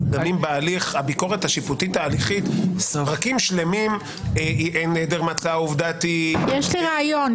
הביקורת השיפוטית ההליכית פרקים שלמים --- יש לי רעיון,